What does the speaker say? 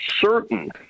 certain